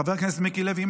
חבר הכנסת מיקי לוי,